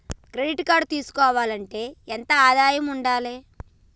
Credit card తీసుకోవాలంటే ఎంత ఆదాయం ఉండాలే?